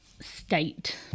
state